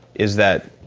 is that.